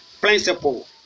principle